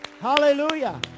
Hallelujah